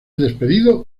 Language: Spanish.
despedido